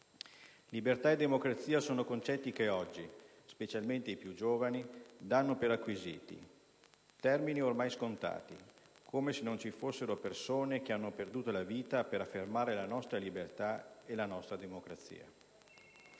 Libertà e democrazia sono concetti che oggi, specialmente i più giovani, danno per acquisiti. Termini ormai scontati, come se non ci fossero persone che hanno perduto la vita per affermare la nostra libertà e la nostra democrazia.